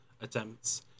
attempts